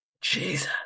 Jesus